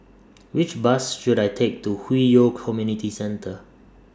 Which Bus should I Take to Hwi Yoh Community Centre